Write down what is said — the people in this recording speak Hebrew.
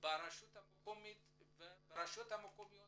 ברשויות המקומיות